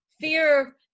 fear